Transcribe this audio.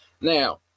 Now